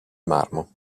marmo